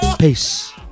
peace